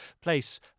place